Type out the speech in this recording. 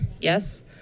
Yes